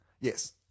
Yes